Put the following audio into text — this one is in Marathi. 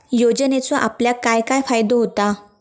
योजनेचो आपल्याक काय काय फायदो होता?